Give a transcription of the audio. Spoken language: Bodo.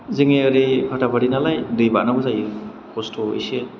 जोंनि ओरै फाथाबारि नालाय दै बारनांगौ जायो खस्थ' इसे